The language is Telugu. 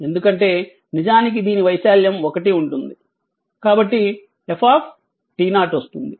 ఎందుకంటే నిజానికి దీని వైశాల్యం ఒకటి ఉంటుంది కాబట్టి f వస్తుంది